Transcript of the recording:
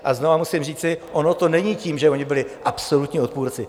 A znovu musím říci ono to není tím, že oni byli absolutní odpůrci.